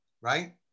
right